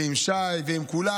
ועם שי ועם כולם,